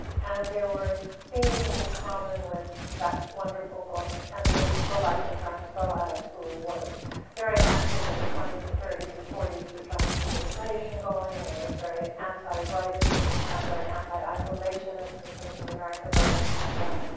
and there were themes in common with that wonderful book and with the life of franz boas, who was very active in the twenty and thirty s and forty s to try and keep immigration going and was very anti-rightist at the time, very anti-isolationist in terms of america going into the war,